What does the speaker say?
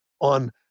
on